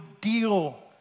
deal